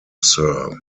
sir